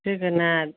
जोगोनार